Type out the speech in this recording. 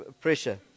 pressure